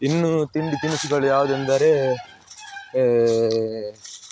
ಇನ್ನು ತಿಂಡಿ ತಿನಿಸುಗಳು ಯಾವುದೆಂದರೇ